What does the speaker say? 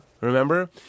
Remember